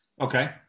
Okay